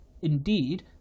Indeed